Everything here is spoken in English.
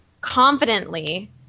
confidently